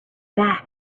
back